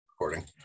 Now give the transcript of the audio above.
Recording